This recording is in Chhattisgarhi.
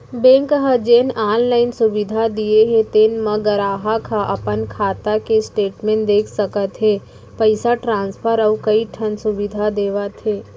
बेंक ह जेन आनलाइन सुबिधा दिये हे तेन म गराहक ह अपन खाता के स्टेटमेंट देख सकत हे, पइसा ट्रांसफर अउ कइ ठन सुबिधा देवत हे